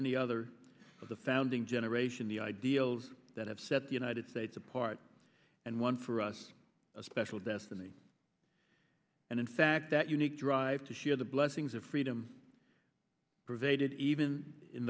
any other of the founding generation the ideals that have set the united states apart and one for us a special destiny and in fact that unique drive to share the blessings of freedom pervaded even in